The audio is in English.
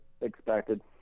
expected